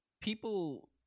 People